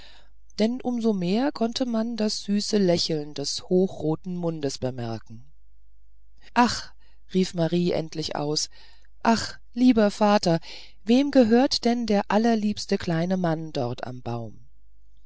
denn um so mehr konnte man das süße lächeln des hochroten mundes bemerken ach rief marie endlich aus ach lieber vater wem gehört denn der allerliebste kleine mann dort am baum